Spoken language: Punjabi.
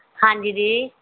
ਹਾਂਜੀ ਜੀ